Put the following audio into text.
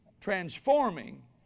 transforming